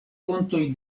fontoj